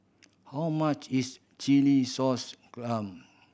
how much is chilli sauce clam